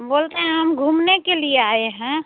बोलते हैं हम घूमने के लिए आए हैं